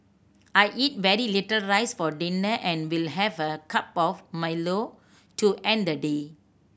I eat very little rice for dinner and will have a cup of Milo to end the day